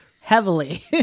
heavily